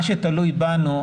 מה שתלוי בנו,